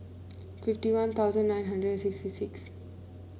fifty One Thousand and nine hundred and sixty six